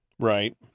right